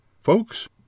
Folks